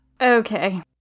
Okay